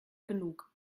genug